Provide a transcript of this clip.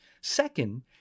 Second